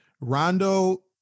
Rondo